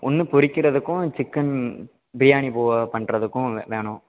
ஒன்று பொரிக்கிறதுக்கும் சிக்கன் பிரியாணி போ பண்ணுறதுக்கும் வேணும்